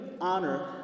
honor